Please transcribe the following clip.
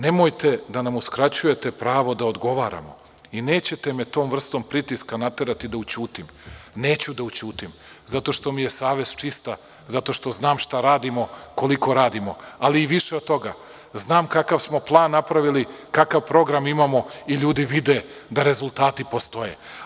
Nemojte da nam uskraćujete pravo da odgovaramo i nećete me tom vrstom pritiska naterati da ućutim, neću da ućutim zato što mi je savest čista, zato što znam šta radimo, koliko radimo, ali i više od toga, znam kakav smo plan napravili, kakav program imamo i ljudi vide da rezultati postoje.